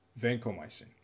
Vancomycin